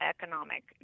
economic